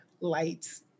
lights